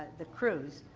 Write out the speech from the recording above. the crews,